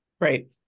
right